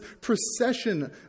procession